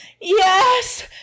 Yes